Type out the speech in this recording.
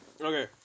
Okay